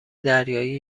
دریایی